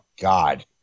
God